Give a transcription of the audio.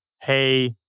hey